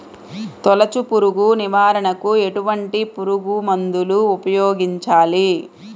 తొలుచు పురుగు నివారణకు ఎటువంటి పురుగుమందులు ఉపయోగించాలి?